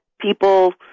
people